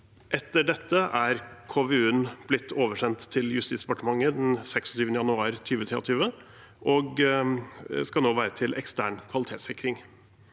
Etter dette er KVU-en blitt oversendt til Justis- og beredskapsdepartementet den 26. januar 2023 og skal nå være til ekstern kvalitetssikring.